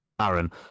Aaron